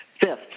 Fifth